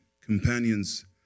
companions